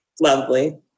lovely